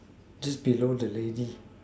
just below the lady